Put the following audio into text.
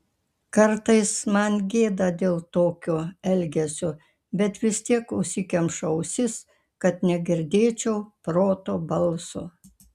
kartais man gėda dėl tokio elgesio bet vis tiek užsikemšu ausis kad negirdėčiau proto balso